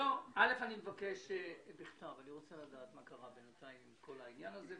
אני רוצה לדעת מה קרה בינתיים עם כל העניין הזה.